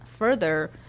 further